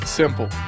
simple